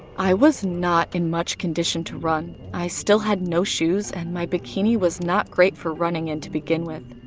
i was not in much condition to run. i still had no shoes, and my bikini was not great for running in to begin with.